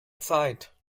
zeit